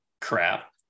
crap